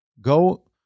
Go